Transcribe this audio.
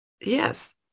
yes